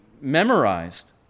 memorized